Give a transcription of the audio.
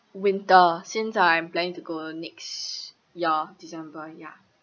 winter since I'm planning to go next year december ya